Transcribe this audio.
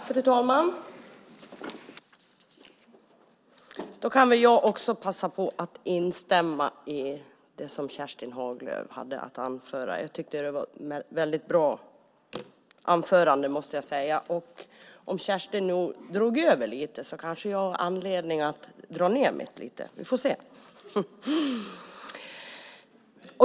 Fru talman! Jag passar på att instämma i det som Kerstin Haglö hade att anföra. Jag tycker att det var ett väldigt bra anförande. Om nu Kerstin drog över tiden lite, kanske jag har anledning att dra ned lite.